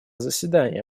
заседания